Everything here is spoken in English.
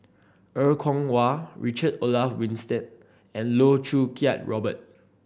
Er Kwong Wah Richard Olaf Winstedt and Loh Choo Kiat Robert